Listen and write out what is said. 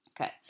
Okay